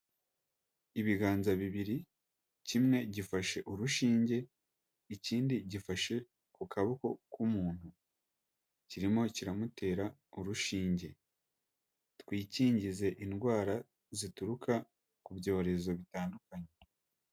Ibiganza bibiri, kimwe gifashe urushinge, ikindi gifashe ku kaboko k'umuntu, kirimo kiramutera urushinge, twikingize indwara zituruka ku byorezo bitandukanye.